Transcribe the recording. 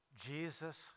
Jesus